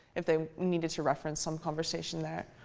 if they needed to reference some conversation there.